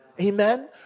Amen